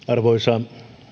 arvoisa